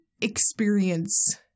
experience